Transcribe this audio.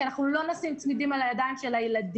כי אנחנו לא נשים צמידים על הידיים של הילדים.